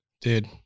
Dude